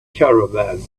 caravan